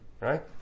right